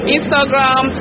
Instagram